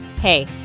Hey